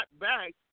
back